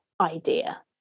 idea